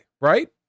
right